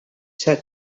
said